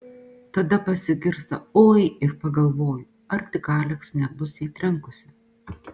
tada pasigirsta oi ir pagalvoju ar tik aleks nebus jai trenkusi